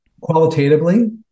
qualitatively